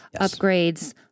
upgrades